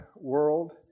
world